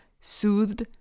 soothed